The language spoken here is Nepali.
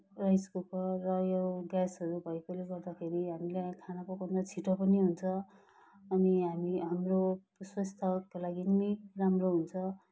राइस कुकर र यो ग्यासहरू भएकोले गर्दाखेरि हामीलाई खाना पकाउन छिटो पनि हुन्छ अनि हामी हाम्रो स्वास्थ्यको लागि पनि राम्रो हुन्छ